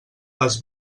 les